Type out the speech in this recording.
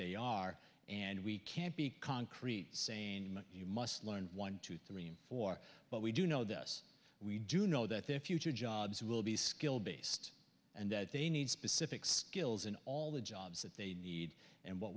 they are and we can't be concrete saying you must learn one two three four but we do know this we do know that their future jobs will be skill based and that they need specific skills in all the jobs that they need and what